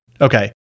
Okay